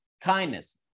kindness